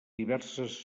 diverses